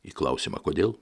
į klausimą kodėl